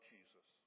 Jesus